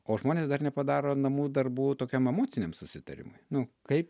o žmonės dar nepadaro namų darbų tokiam emociniam susitarimui nu kaip